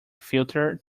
filter